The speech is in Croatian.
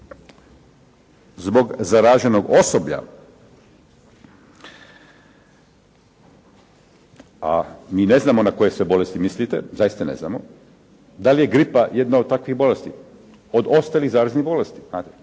zbog zaraženog osoblja, a mi ne znamo na koje sve bolesti mislite, zaista ne znamo. Da li je gripa jedna od takvih bolesti, od ostalih zaraznih bolesti?